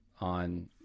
on